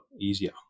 easier